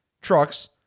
trucks